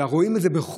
אלא רואים את זה בחוש,